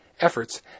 efforts